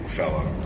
fellow